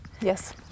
Yes